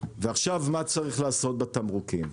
מה צריך לעשות בתמרוקים?